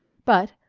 but,